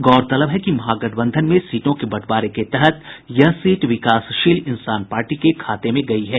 गौरतलब है कि महागठबंधन में सीटों के बंटवारे के तहत यह सीट विकासशील इंसान पार्टी के खाते में गयी है